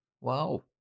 wow